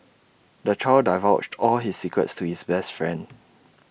the child divulged all his secrets to his best friend